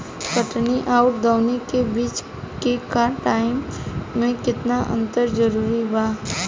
कटनी आउर दऊनी के बीच के टाइम मे केतना अंतर जरूरी बा?